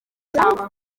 cyangwa